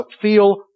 feel